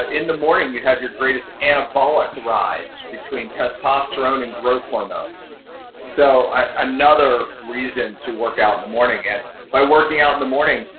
ah in the morning, you have your greatest anabolic rise between testosterone and growth hormone so another reason to work out in the morning. by working out in the morning,